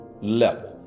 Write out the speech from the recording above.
level